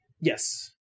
Yes